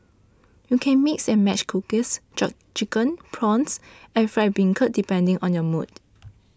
you can mix and match cockles churn chicken prawns and fried bean curd depending on your mood